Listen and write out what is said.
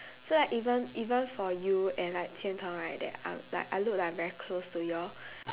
so like even even for you and like qian-tong right that I'm like I look like I'm very close to you all